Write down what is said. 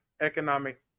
economic